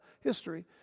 history